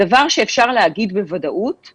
הדבר שאפשר להגיד בוודאות הוא